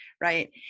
right